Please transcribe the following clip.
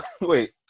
Wait